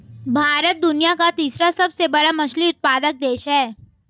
भारत दुनिया का तीसरा सबसे बड़ा मछली उत्पादक देश है